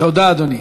תודה, אדוני.